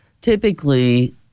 typically